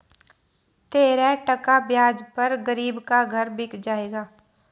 तेरह टका ब्याज पर गरीब का घर बिक जाएगा